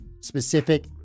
specific